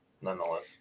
nonetheless